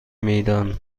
میدان